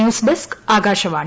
news desk Akashvani